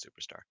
superstar